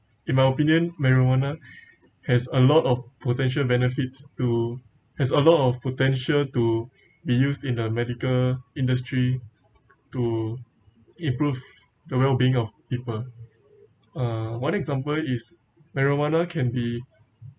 in my opinion marijuana has a lot of potential benefits to has a lot of potential to be used in the medical industry to improve the well being of people uh one example is marijuana can be